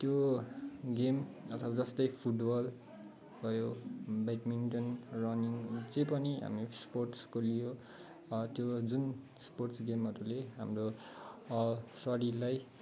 त्यो गेम अथवा जस्तै फुटबल भयो ब्याड्मिन्टन रनिङ जे पनि हामी स्पोर्टस्को लियो त्यो जुन स्पोर्टस गेमहरूले हाम्रो शरीरलाई